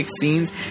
scenes